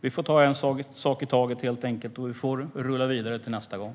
Vi får ta en sak i taget, helt enkelt, och rulla vidare till nästa gång.